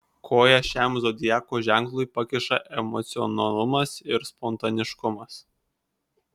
koją šiam zodiako ženklui pakiša emocionalumas ir spontaniškumas